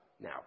Now